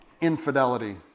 infidelity